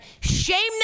shame